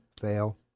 fail